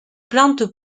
plante